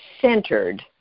centered